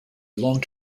long